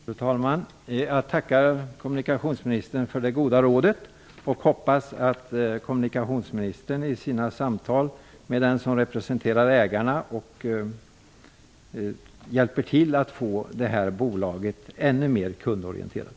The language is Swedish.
Fru talman! Jag tackar kommunikationsministern för det goda rådet. Jag hoppas att kommunikationsministern i sina samtal med dem som representerar ägarna kan hjälpa till att få bolaget ännu mera kundorienterat.